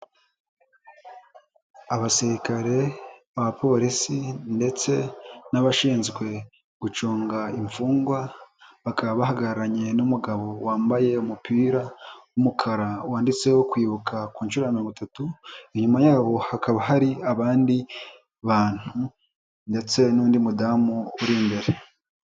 Abasirikare aba polisi ndetse n'abashinzwe gucunga imfungwa, bakaba bahagararanye n'umugabo wambaye umupira w'umukara wanditseho kwibuka ku nshuro mirongo itatu, inyuma yabo hakaba hari abandi bantu ndetse n'undi mudamu uri imbere.